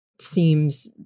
seems